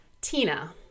Tina